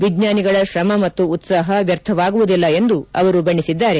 ವಿಜ್ವಾನಿಗಳ ಶ್ರಮ ಮತ್ತು ಉತ್ಲಾಪ ವ್ಯರ್ಥವಾಗುವುದಿಲ್ಲ ಎಂದು ಅವರು ಬಣ್ಣಿಸಿದ್ದಾರೆ